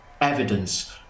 Evidence